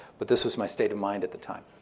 but this was my state of mind at the time.